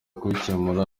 kubikemura